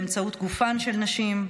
באמצעות גופן של נשים,